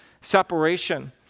separation